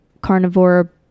carnivore